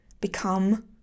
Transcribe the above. Become